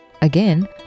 Again